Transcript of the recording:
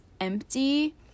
empty